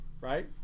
Right